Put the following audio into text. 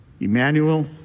Emmanuel